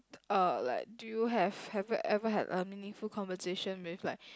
uh like do you have have you ever had a meaningful conversation with like